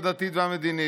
הדתית והמדינית,